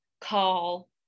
call